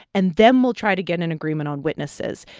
and then we'll try to get an agreement on witnesses.